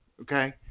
Okay